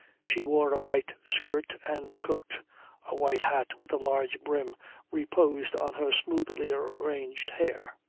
she wore a white skirt and coat a white hat with a large brim reposed on her smoothly arranged hair.